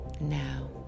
now